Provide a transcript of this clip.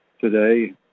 today